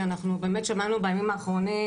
שאנחנו באמת שמענו בימים האחרונים,